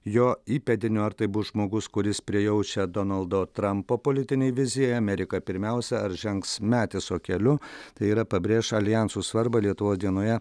jo įpėdiniu ar tai bus žmogus kuris prijaučia donaldo trampo politinei vizijai amerika pirmiausia ar žengs metiso keliu tai yra pabrėš aljansų svarbą lietuvos dienoje